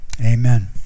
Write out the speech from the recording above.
Amen